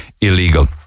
illegal